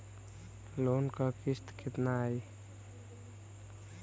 Loan क किस्त कितना आई?